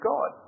God